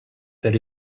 there